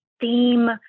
theme